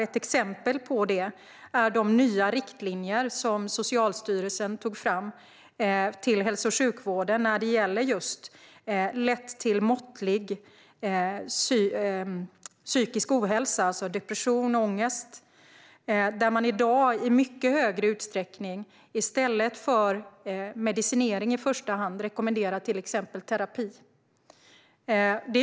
Ett exempel på det är de nya riktlinjer som Socialstyrelsen har tagit fram till hälso och sjukvården när det gäller lätt till måttlig psykisk ohälsa - alltså depression eller ångest - där man i dag i mycket högre utsträckning i stället för medicinering i första hand rekommenderar till exempel terapi.